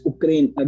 Ukraine